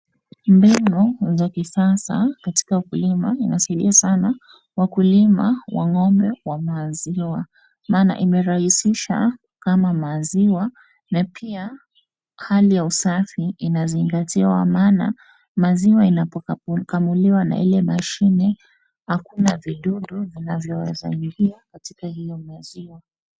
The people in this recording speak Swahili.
Mbinu ya kisasa katika kulima inasaidia sana wakulima wa ng'ombe wa maziwa, maana imerahisisha kukama maziwa na pia hali ya usafi inazingatiwa maana maziwa inapo kamuliwa na ile mashine hakuna vidudu vinavyoweza ingia katika hiyo maziwa.